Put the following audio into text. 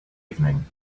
evening